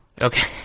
Okay